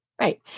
Right